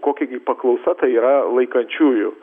kokia paklausa tai yra laikančiųjų